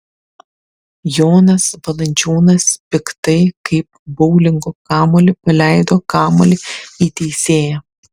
jonas valančiūnas piktai kaip boulingo kamuolį paleido kamuolį į teisėją